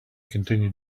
continue